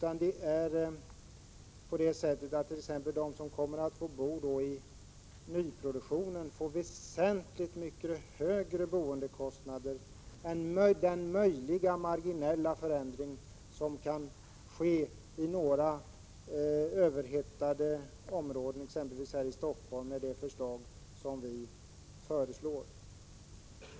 De som skall bo i nyproduktionen får tvärtom väsentligt högre boendekostnader än vad som blir fallet när det gäller den möjliga marginella förändring som kan ske i några överhettade områden, exempelvis här i Stockholm, enligt vårt förslag.